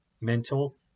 mental